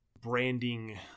branding